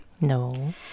No